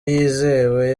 yizewe